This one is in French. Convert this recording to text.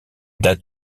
date